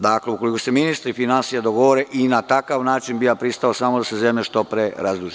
Dakle, ukoliko se ministri finansija dogovore, i na takav način bih ja pristao samo da se zemlja što pre razduži.